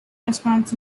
restaurants